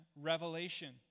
revelation